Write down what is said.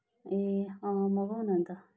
ए अँ मगाऊ न अन्त